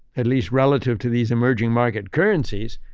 at least relative to these emerging market currencies.